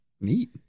neat